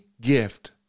gift